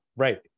right